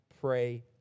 pray